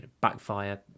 backfire